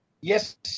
Yes